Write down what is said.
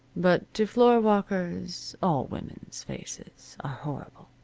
but to floorwalkers all women's faces are horrible.